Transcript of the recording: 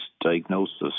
diagnosis